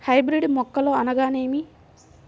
Hybrid మొక్కలు అనగానేమి?